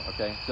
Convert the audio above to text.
Okay